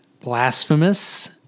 blasphemous